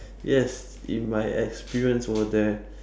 yes in my experience over there